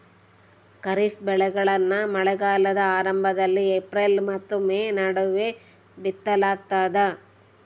ಖಾರಿಫ್ ಬೆಳೆಗಳನ್ನ ಮಳೆಗಾಲದ ಆರಂಭದಲ್ಲಿ ಏಪ್ರಿಲ್ ಮತ್ತು ಮೇ ನಡುವೆ ಬಿತ್ತಲಾಗ್ತದ